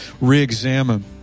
re-examine